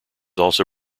also